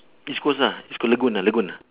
east coast ah east coast lagoon ah lagoon ah